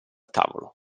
tavolo